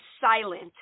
silent